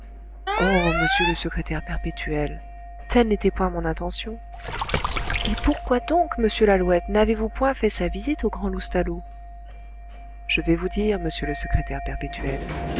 oh monsieur le secrétaire perpétuel telle n'était point mon intention et pourquoi donc monsieur lalouette n'avez-vous point fait sa visite au grand loustalot je vais vous dire monsieur le secrétaire perpétuel